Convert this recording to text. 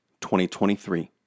2023